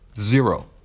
zero